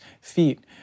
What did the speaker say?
feet